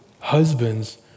Husbands